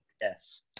Yes